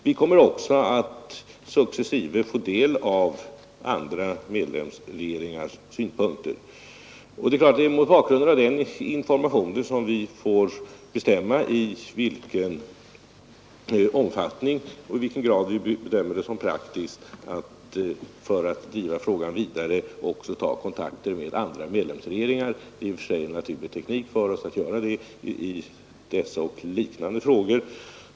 Vi kommer också successive att få del av andra medlemsregeringars synpunkter. Det är mot bakgrunden av dessa informationer som vi får bestämma i vilken omfattning och i vilken grad vi bedömer det som praktiskt att driva frågan vidare och ta kontakter med andra medlemsregeringar. Det är en naturlig teknik för oss att göra så i dessa och liknande frågor.